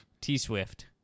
T-Swift